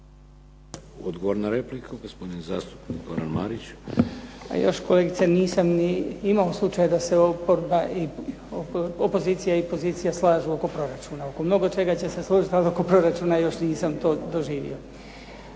Odgovor na repliku, gospodin zastupnik Goran Marić. **Marić, Goran (HDZ)** A još kolegice nisam ni imao slučaj da se oporba, opozicija i pozicija slažu oko proračuna. Oko mnoga čega će se složiti, ali oko proračuna još nisam to doživio.